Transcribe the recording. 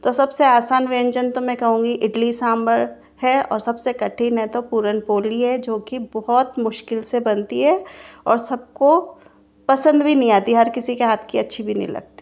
तो सब से आसान व्यंजन तो मैं कहूँगी इडली सांभर है और सब से कठिन है तो पूरनपोली है जो की बहुत मुश्किल से बनती है और सब को पसंद भी नहीं आती हर किसी की हाथ की अच्छी भी नहीं लगती